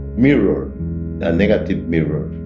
mirror, a negative mirror.